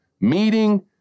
meeting